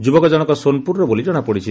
ଯୁବକ ଜଶକ ସୋନପୁରର ବୋଲି ଜଶାପଡିଛି